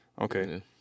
okay